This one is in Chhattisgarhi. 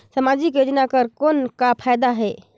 समाजिक योजना कर कौन का फायदा है?